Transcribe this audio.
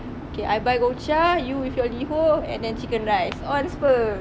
okay I buy Gongcha you with your Liho and then chicken rice ons [pe]